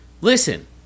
listen